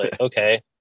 okay